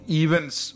events